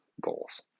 goals